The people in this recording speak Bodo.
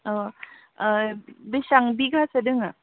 अ बिसां बिगासो दोङो